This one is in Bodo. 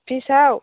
फिसआव